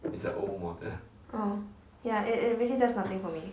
oh ya it it really does nothing for me